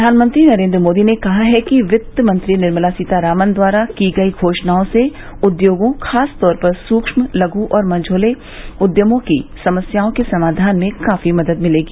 प्रधानमंत्री नरेन्द्र मोदी ने कहा है कि वित्त मंत्री निर्मला सीतारामन द्वारा की गई घोषणाओं से उद्योगों खासतौर पर सूक्ष्म लघु और मझौले उद्यमों की समस्याओं के समाधान में काफी मदद मिलेगी